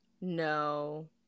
No